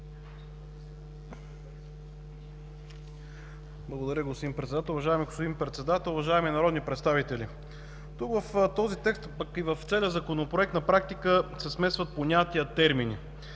Благодаря, господин Председател. Уважаеми господин Председател, уважаеми народни представители! В този текст, пък и в целия Законопроект, на практика се смесват понятия и термини.